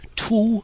two